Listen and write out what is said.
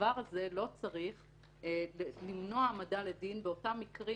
הדבר הזה לא צריך למנוע העמדה לדין באותם מקרים